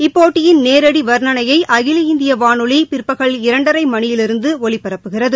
இப்போட்டியின் நேரடி வர்ணணையை அகில இந்திய வானொலி பிற்பகல் இரண்டரை மணியிலிருந்து ஒலிபரப்புகிறது